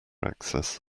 access